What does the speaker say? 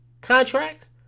contract